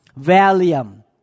Valium